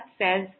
says